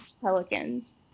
pelicans